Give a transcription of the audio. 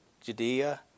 Judea